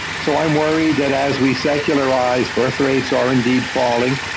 so i'm worried that as we secularize birth rates are indeed falling,